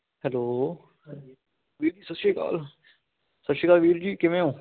hello ਵੀਰ ਜੀ ਸਤਿ ਸ਼੍ਰੀ ਅਕਾਲ ਸਤਿ ਸ਼੍ਰੀ ਅਕਾਲ ਵੀਰ ਜੀ ਕਿਵੇਂ ਹੋ